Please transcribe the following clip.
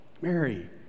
Mary